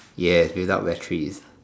yes without batteries